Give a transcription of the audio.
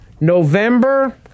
November